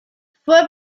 fue